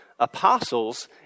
Apostles